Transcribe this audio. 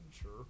Sure